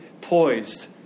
poised